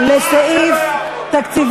זאת השתקה